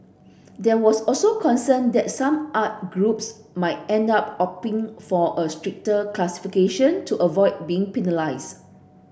there was also concern that some art groups might end up opting for a stricter classification to avoid being penalised